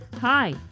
Hi